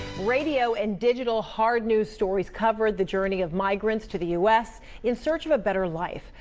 radio and digital hard news stories covered the journey of migrants to the us in search of a better life.